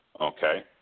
okay